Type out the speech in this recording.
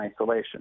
isolation